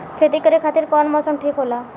खेती करे खातिर कौन मौसम ठीक होला?